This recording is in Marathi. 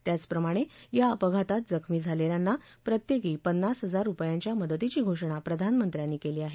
त्याचप्रमाणे या अपघातात जखमी झालेल्यांना प्रत्येकी पन्नास हजार रुपयांच्या मदतीची घोषणा प्रधानमंत्र्यांनी केली आहे